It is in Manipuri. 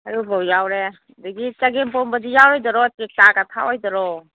ꯍꯔꯤꯕꯣꯞ ꯌꯥꯎꯔꯦ ꯑꯗꯒꯤ ꯆꯒꯦꯝꯄꯣꯝꯕꯗꯤ ꯌꯥꯎꯔꯣꯏꯗꯔꯣ ꯇꯦꯛꯇꯥꯒ ꯊꯥꯛꯑꯣꯏꯗ꯭ꯔꯣ